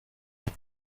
biro